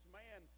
man